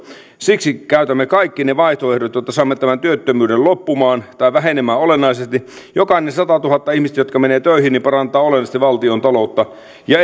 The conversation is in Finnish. siksi käytämme kaikki ne vaihtoehdot jotta saamme tämän työttömyyden loppumaan tai vähenemään olennaisesti kun satatuhatta ihmistä menee töihin se parantaa oleellisesti valtiontaloutta ja